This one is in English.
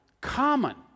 common